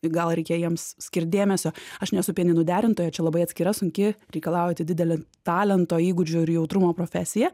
gal reikia jiems skirt dėmesio aš nesu pianinų derintoja čia labai atskira sunki reikalaujanti didelio talento įgūdžių ir jautrumo profesija